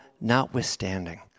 notwithstanding